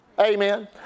Amen